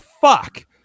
fuck